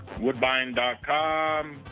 Woodbine.com